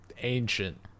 ancient